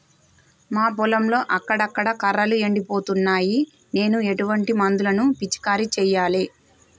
మా పొలంలో అక్కడక్కడ కర్రలు ఎండిపోతున్నాయి నేను ఎటువంటి మందులను పిచికారీ చెయ్యాలే?